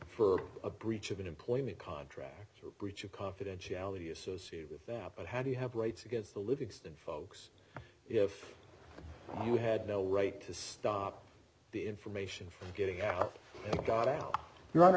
for a breach of an employment contract breach of confidentiality associated with that but how do you have rights against the livingston folks if you had no right to stop the information from getting out and got out